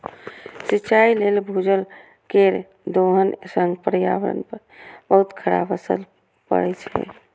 सिंचाइ लेल भूजल केर दोहन सं पर्यावरण पर बहुत खराब असर पड़ै छै